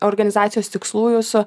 organizacijos tikslų jūsų